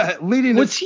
leading